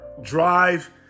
drive